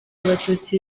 abatutsi